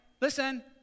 listen